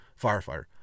firefighter